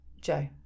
Joe